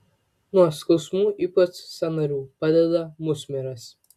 nuo skausmų ypač sąnarių padeda musmirės